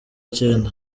cyenda